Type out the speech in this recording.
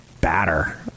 batter